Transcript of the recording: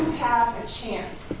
have a chance